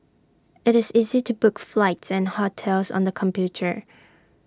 IT is easy to book flights and hotels on the computer